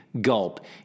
Gulp